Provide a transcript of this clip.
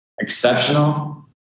exceptional